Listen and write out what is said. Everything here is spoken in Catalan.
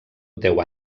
deu